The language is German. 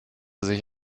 sich